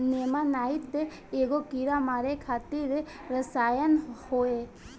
नेमानाइट एगो कीड़ा मारे खातिर रसायन होवे